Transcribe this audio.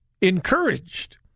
encouraged